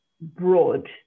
broad